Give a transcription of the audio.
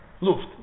Luft